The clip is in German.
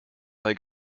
bei